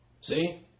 See